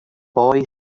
boy